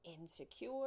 insecure